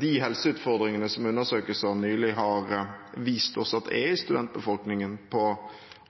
de helseutfordringene som undersøkelser nylig har vist oss er i studentbefolkningen, på